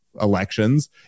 elections